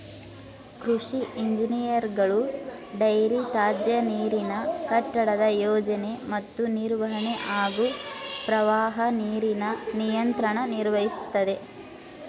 ಕೃಷಿ ಇಂಜಿನಿಯರ್ಗಳು ಡೈರಿ ತ್ಯಾಜ್ಯನೀರಿನ ಕಟ್ಟಡದ ಯೋಜನೆ ಮತ್ತು ನಿರ್ವಹಣೆ ಹಾಗೂ ಪ್ರವಾಹ ನೀರಿನ ನಿಯಂತ್ರಣ ನಿರ್ವಹಿಸ್ತದೆ